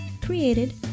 Created